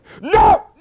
No